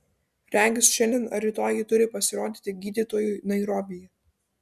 regis šiandien ar rytoj ji turi pasirodyti gydytojui nairobyje